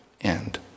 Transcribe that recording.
end